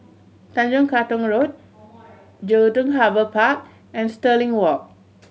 Tanjong Katong Road Jelutung Harbour Park and Stirling Walk